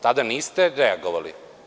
Tada niste reagovali.